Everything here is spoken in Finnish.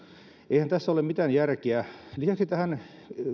eihän tässä ole mitään järkeä lisäksi näihin